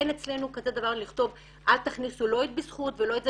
אין אצלנו כזה דבר לכתוב אל תכניסו לא את בזכות ולא את זה